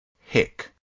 hick